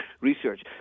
research